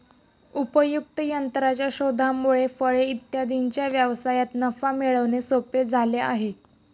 उपयुक्त यंत्राच्या शोधामुळे फळे इत्यादींच्या व्यवसायात नफा मिळवणे सोपे झाले आहे